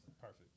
Perfect